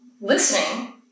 listening